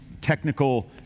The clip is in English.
technical